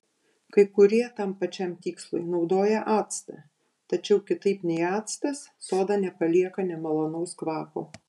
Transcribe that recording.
kai kurie tam pačiam tikslui naudoja actą tačiau kitaip nei actas soda nepalieka nemalonaus kvapo